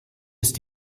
ist